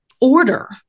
Order